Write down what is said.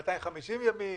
250 ימים,